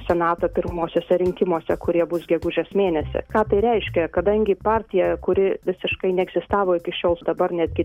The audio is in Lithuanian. senato pirmuosiuose rinkimuose kurie bus gegužės mėnesį ką tai reiškia kadangi partija kuri visiškai neegzistavo iki šiol dabar netgi